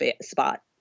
spot